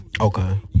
Okay